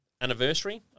anniversary